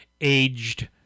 aged